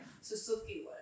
Suzuki